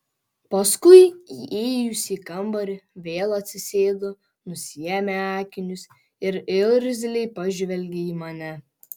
paskui įėjusi į kambarį vėl atsisėdo nusiėmė akinius ir irzliai pažvelgė į mane